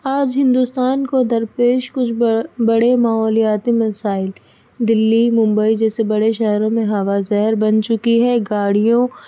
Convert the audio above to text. آج ہندوستان کو درپیش کچھ ب بڑے ماحولیاتی مسائل دلی ممبئی جیسے بڑے شہروں میں ہوا زہر بن چکی ہے گاڑیوں